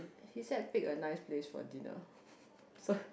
he said pick a nice place for dinner so